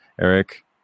Eric